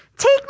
take